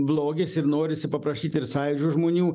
blogis ir norisi paprašyt ir sąjūdžio žmonių